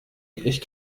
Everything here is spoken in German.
ich